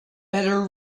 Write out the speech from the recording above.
better